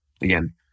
again